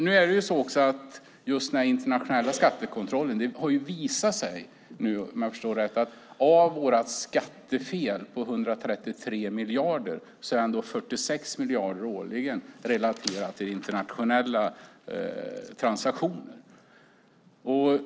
När det gäller den internationella skattekontrollen har det, om jag har förstått det rätt, visat sig att av vårt skattefel på 133 miljarder är 46 miljarder årligen relaterade till internationella transaktioner.